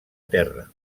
terra